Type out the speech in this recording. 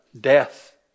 death